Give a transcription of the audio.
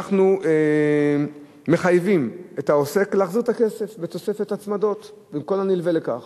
אנחנו מחייבים את העוסק להחזיר את הכסף בתוספת הצמדות וכל הנלווה לכך.